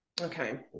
Okay